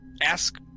ask